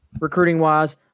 recruiting-wise